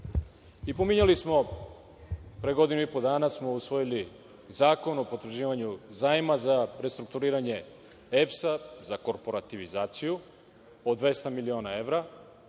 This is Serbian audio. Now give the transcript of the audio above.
klupama. Pominjali smo, pre godinu i po dana smo usvojili Zakon o potvrđivanju zajma za restrukturiranje EPS-a, za korporativizaciju od 200 miliona evra